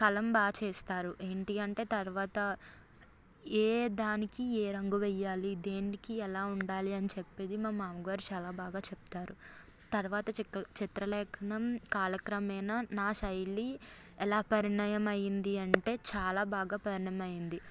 కలం బాగా చేస్తారు ఏంటి అంటే తర్వాత ఏ దానికి ఏ రంగు వేయాలి దేనికి ఎలా ఉండాలి అని చెప్పేది మా మామ గారు చాలా బాగా చెప్తారు తర్వాత చిత్ర చిత్రలేఖనం కాలక్రమేణా నా శైలి ఎలా పరిణితి అయ్యింది అంటే చాలా బాగా పరిణయం అయ్యింది